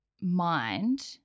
mind